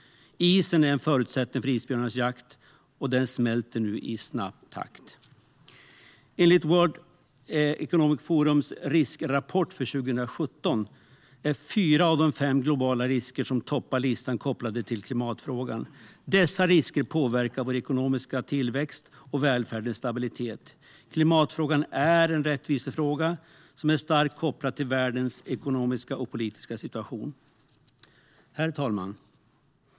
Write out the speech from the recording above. Isen är en förutsättning för isbjörnens jakt, och den smälter nu i snabb takt. Enligt World Economic Forums riskrapport för 2017 är fyra av de fem globala risker som toppar listan kopplade till klimatfrågan. Dessa risker påverkar vår ekonomiska tillväxt och välfärdens stabilitet. Klimatfrågan är en rättvisefråga som är starkt kopplad till världens ekonomiska och politiska situation. Herr talman!